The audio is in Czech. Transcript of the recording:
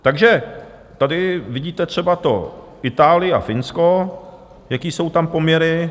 Takže tady vidíte třeba Itálii a Finsko, jaké jsou tam poměry.